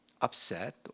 upset